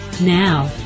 Now